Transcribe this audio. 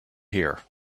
here